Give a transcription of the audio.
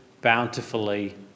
bountifully